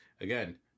again